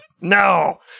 No